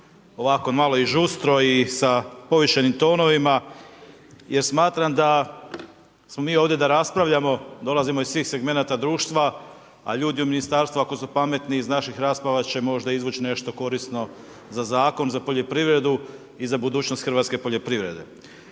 ovako malo i žustro i sa povišenim tonovima jer smatram da smo mi ovdje da raspravljamo, dolazimo iz svih segmenata društva, a ljudi u Ministarstvu ako su pametni iz naših rasprava će možda izvuć nešto korisno za zakon za poljoprivredu i za budućnost hrvatske poljoprivrede.